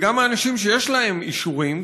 וגם האנשים שיש להם אישורים,